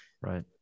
Right